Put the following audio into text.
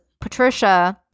Patricia